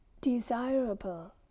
desirable